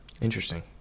Interesting